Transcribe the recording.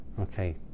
okay